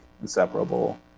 inseparable